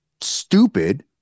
stupid